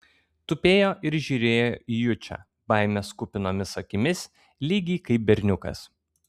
tupėjo ir žiūrėjo į jučą baimės kupinomis akimis lygiai kaip berniukas